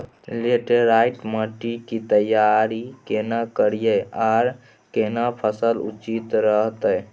Laterite माटी की तैयारी केना करिए आर केना फसल उचित रहते?